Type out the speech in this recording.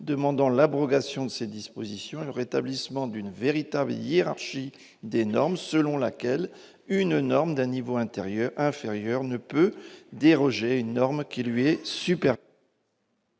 demandons l'abrogation de ces dispositions et le rétablissement d'une véritable hiérarchie des normes, selon laquelle une norme d'un niveau inférieur ne peut déroger à une norme qui lui est supérieure.